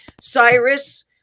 Cyrus